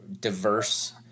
diverse